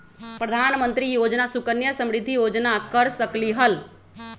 प्रधानमंत्री योजना सुकन्या समृद्धि योजना कर सकलीहल?